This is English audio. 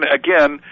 again